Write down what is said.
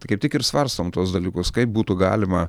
kaip tik ir svarstom tuos dalykus kaip būtų galima